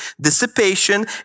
dissipation